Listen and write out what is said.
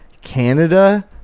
Canada